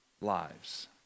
lives